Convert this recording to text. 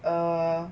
err